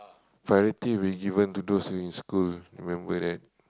priority will given to those who in school remember that